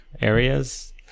areas